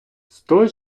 сто